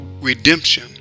Redemption